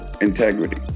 integrity